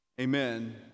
Amen